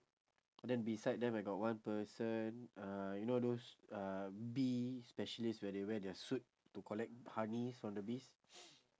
then beside them I got one person uh you know those uh bees specialist where they wear their suit to collect honey from the bees